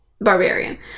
Barbarian